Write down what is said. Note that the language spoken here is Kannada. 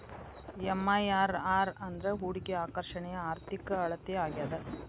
ಎಂ.ಐ.ಆರ್.ಆರ್ ಅಂದ್ರ ಹೂಡಿಕೆಯ ಆಕರ್ಷಣೆಯ ಆರ್ಥಿಕ ಅಳತೆ ಆಗ್ಯಾದ